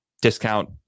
discount